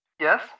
Yes